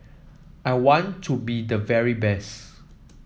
I want to be the very best